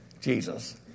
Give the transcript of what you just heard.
Jesus